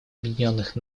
объединенных